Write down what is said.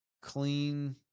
clean